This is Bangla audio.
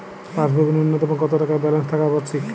পাসবুকে ন্যুনতম কত টাকা ব্যালেন্স থাকা আবশ্যিক?